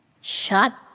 shut